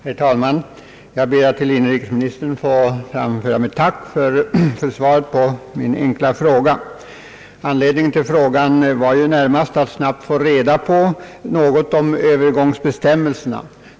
Herr talman! Jag ber att till inrikesministern få framföra mitt tack för svaret på min fråga. Avsikten med frågan var ju närmast att snabbt få reda på något om Öövergångsbestämmelserna.